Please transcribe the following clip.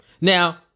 Now